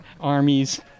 armies